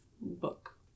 book